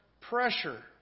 pressure